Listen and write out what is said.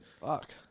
Fuck